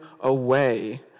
away